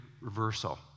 reversal